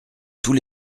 tous